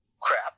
crap